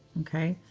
ok.